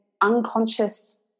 unconscious